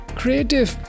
creative